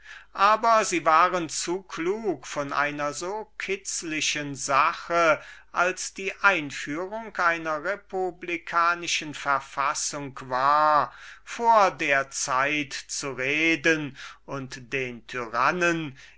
aber sie waren zu klug von einer so delikaten sache als die einführung einer republikanischen verfassung war vor der zeit zu reden und den tyrannen